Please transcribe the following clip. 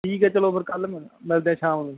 ਠੀਕ ਹੈ ਚਲੋ ਫਿਰ ਕੱਲ੍ਹ ਮਿਲਦੇ ਏ ਸ਼ਾਮ ਨੂੰ